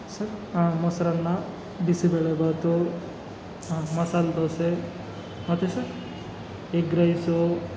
sir ಹಾಂ ಮೊಸರನ್ನ ಬಿಸಿಬೇಳೆ ಬಾತು ಹಾಂ ಮಸಾಲ ದೋಸೆ ಮತ್ತೆ ಸರ್ ಎಗ್ ರೈಸು